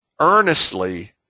earnestly